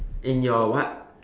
in your what